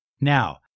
Now